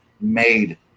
made